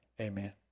Amen